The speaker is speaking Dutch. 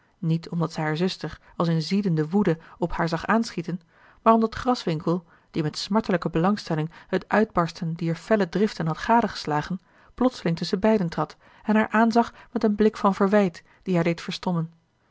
niet omdat zij hare zuster als in ziedende woede op haar zag aanschieten maar omdat graswinckel die met smartelijke belangstelling het uitbarsten dier felle driften had gadegeslagen plotseling tusschen beiden trad en haar aanzag met een blik van verwijt die haar deed verstommen